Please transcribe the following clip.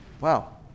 Wow